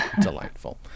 delightful